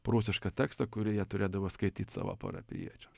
prūsišką tekstą kurį jie turėdavo skaityt savo parapijiečiams